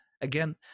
again